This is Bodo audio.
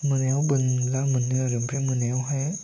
मोनायाव बोनब्ला मोनो आरो ओमफ्राय मोनायावहाय